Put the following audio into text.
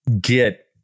get